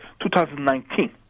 2019